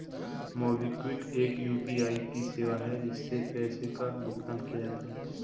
MobiKwik एक UPI की सेवा है, जिससे पैसे का भुगतान किया जाता है